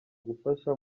gufasha